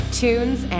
tunes